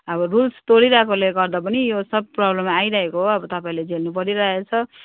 अब रुल्स तोडिरहेकोले गर्दा पनि यो सब प्रब्लम आइरहेको हो अब तपाईँहरूले झेल्नु परिररहेको छ